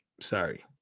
Sorry